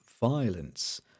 violence